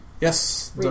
Yes